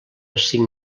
cinc